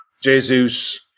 Jesus